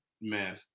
man